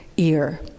ear